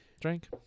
Drink